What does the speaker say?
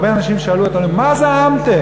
הרבה אנשים שאלו אותנו: מה זעמתם?